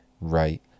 right